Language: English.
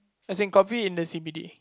as in coffee in the C_B_D